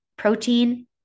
protein